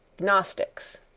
gnostics,